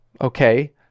Okay